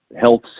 health